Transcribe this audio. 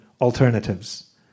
alternatives